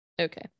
Okay